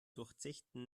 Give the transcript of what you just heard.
durchzechten